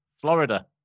Florida